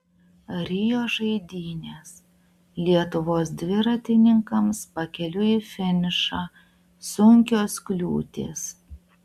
rio žaidynės lietuvos dviratininkams pakeliui į finišą sunkios kliūtys